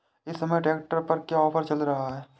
इस समय ट्रैक्टर पर क्या ऑफर चल रहा है?